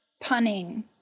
punning